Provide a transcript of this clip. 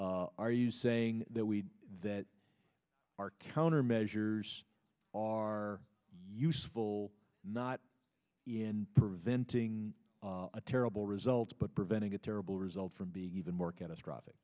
are you saying that we that our countermeasures are useful not in preventing a terrible results but preventing a terrible result from being even more catastrophic